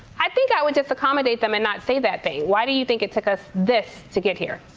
i think i would just accommodate them and not say that thing. why do you think it took us this to get here?